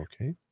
Okay